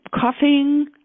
coughing